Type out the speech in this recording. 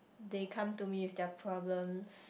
they come to me with their problems